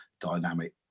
dynamic